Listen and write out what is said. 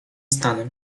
stanem